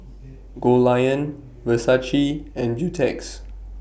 Goldlion Versace and Beautex